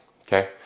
okay